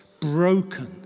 broken